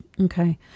Okay